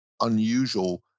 unusual